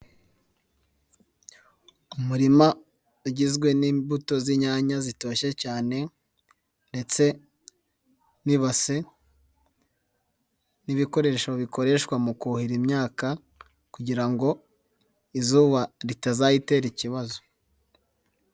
Umurima ugizwe n'imbuto z'inyanya zitoshye cyane ndetse n'ibase n'ibikoresho bikoreshwa mu kuhira imyaka kugira ngo izuba ritazayitera ikibazo.